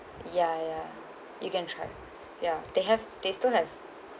ya ya you can try yeah they have they still have